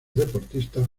deportistas